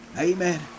Amen